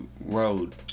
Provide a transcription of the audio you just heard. road